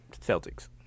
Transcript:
Celtics